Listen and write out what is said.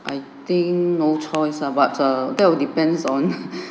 I think no choice ah but uh that will depends on